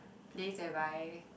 place where by